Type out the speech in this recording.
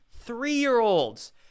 three-year-olds